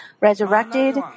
resurrected